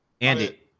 Andy